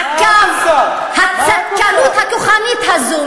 מעגל הצדקנות הכוחנית הזאת.